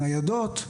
בניידות,